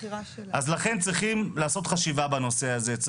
לכן צריכים לעשות חשיבה בנושא הזה.